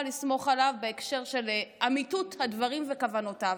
לסמוך עליו בהקשר של אמיתות הדברים וכוונותיו.